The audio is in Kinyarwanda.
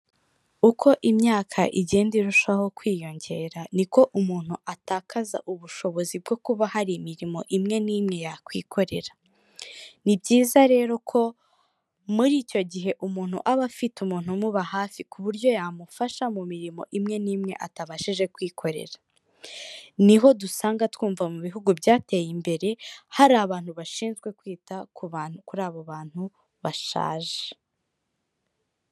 Uko imyaka igenda irushaho kwiyongera, niko umuntu atakaza ubushobozi bwo kuba hari imirimo imwe n'imwe yakwikorera. Ni byiza rero ko muri icyo gihe umuntu aba afite umuntu umuba hafi ku buryo yamufasha mu mirimo imwe n'imwe atabashije kwikorera. Niho dusanga twumva mu bihugu byateye imbere, hari abantu bashinzwe kwita ku bantu, kuri abo bantu bashaje.